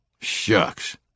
Shucks